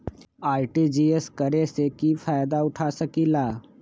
RTGS करे से की फायदा उठा सकीला?